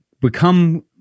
become